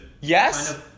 Yes